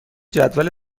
جدول